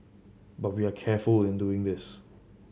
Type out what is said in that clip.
but we are careful in doing this